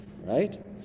right